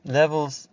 levels